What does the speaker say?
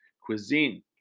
cuisine